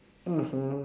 mmhmm